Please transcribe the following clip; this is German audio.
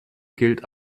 gilt